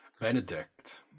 Benedict